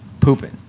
pooping